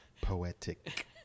poetic